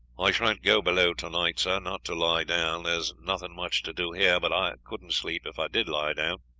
i shan't go below tonight, sir not to lie down. there's nothing much to do here, but i couldn't sleep, if i did lie down.